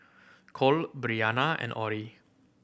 Kole Bryana and Orie